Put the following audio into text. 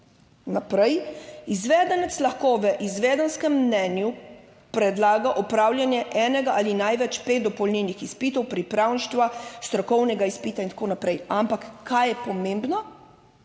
Naprej. Izvedenec lahko v izvedenskem mnenju predlaga opravljanje enega ali največ pet dopolnilnih izpitov pripravništva, strokovnega izpita in tako naprej. Ampak kaj je pomembno,